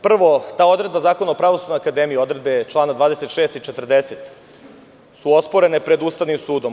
Prvo, ta odredba Zakona o Pravosudnoj akademiji, odredbe čl. 26. i 40. su osporene pred Ustavnim sudom.